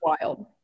Wild